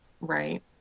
Right